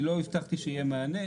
לא הבטחתי שיהיה מענה.